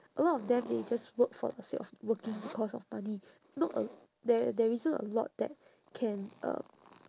a lot of them they just work for the sake of working because of money not a l~ there there isn't a lot that can um